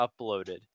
uploaded